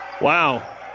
Wow